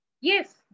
Yes